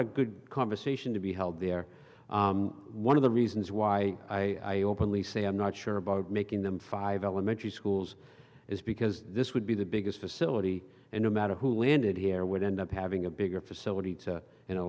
of good conversation to be held there one of the reasons why you openly say i'm not sure about making them five elementary schools is because this would be the biggest facility and no matter who landed here would end up having a bigger facility